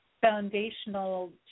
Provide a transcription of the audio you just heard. foundational